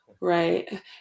Right